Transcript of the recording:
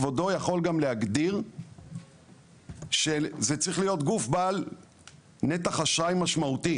כבודו יכול גם להגדיר שזה צריך להיות גוף בעל נתח אשראי משמעותי.